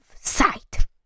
sight